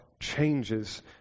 changes